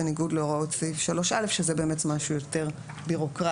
בניגוד להוראות סעיף 3(א)." זה משהו יותר ביורוקרטי,